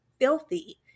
filthy